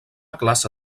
classe